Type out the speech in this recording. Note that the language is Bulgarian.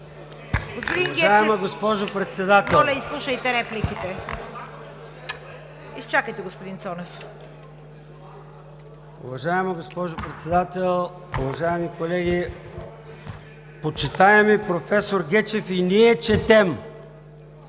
Уважаема госпожо Председател, уважаеми колеги! Почитаеми професор Гечев, и ние четем!